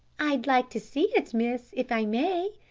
i'd like to see it, miss, if i may,